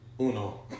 uno